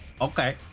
Okay